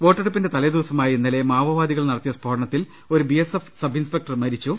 വോട്ടെടുപ്പിന്റെ ത്ലേദിവസമായ ഇന്നലെ മാവോവാദികൾ നടത്തിയ സ്ഫോട്നത്തിൽ ഒരു ബിഎസ്എഫ് സബ് ഇൻസ്പ്പെക്ടർ മരിച്ചു